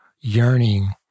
yearning